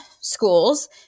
schools